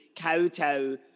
kowtow